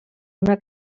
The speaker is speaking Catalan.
una